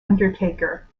undertaker